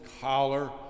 collar